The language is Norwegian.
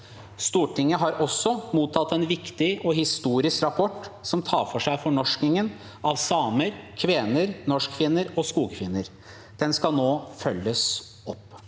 Stortinget har også mottatt en viktig og historisk rapport som tar for seg fornorskingen av samer, kvener, norskfinner og skogfinner. Den skal nå følges opp.